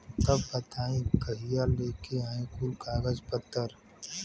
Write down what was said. तब बताई कहिया लेके आई कुल कागज पतर?